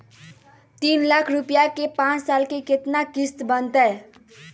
तीन लाख रुपया के पाँच साल के केतना किस्त बनतै?